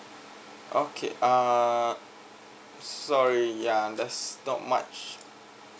okay err sorry ya there's not much